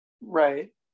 Right